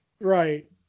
Right